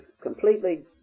completely